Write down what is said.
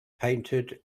painted